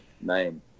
name